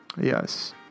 yes